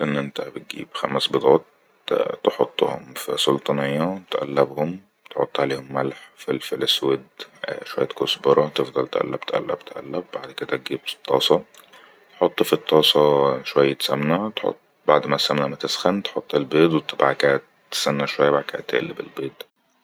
تجيب خمس بضات وتحطهم ف سلطانيه وتئلبهم وتحط ملح وفلفل اسود شوية كسبرة تفضل تئلب تئلب بعد كدا تجيب طاسه تط ف الطاسه شويت سمنه بعد م السمنه م تخن تحط البيض وبع كدا تستنس شويه بع كدا تئلب البيض